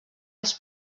als